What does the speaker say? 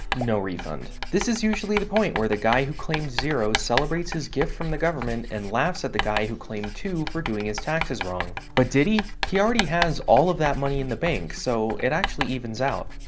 no refund. this is usually the point where the guy who claimed zero celebrates his gift from the government and laughs at the guy who claimed two for doing his taxes wrong. but did he? he already has all of that money in the bank, so it actually evens out.